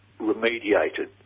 remediated